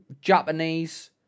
Japanese